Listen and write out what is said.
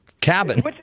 cabin